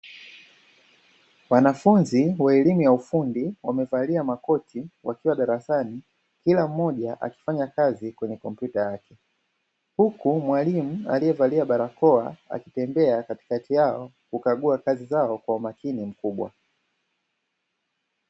Wanafunzi wa elimu ya ufundi wamevalia makoti, wakiwa darasani kila mmoja akifanya kazi kwenye kompyuta yake, huku mwalimu aliyevalia barakoa akitembea katikati yao akikaguwa kazi zao kwa umakini mkubwa.